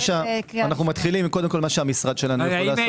אנחנו מתחילים עם מה שהמשרד שלנו יכול לעשות.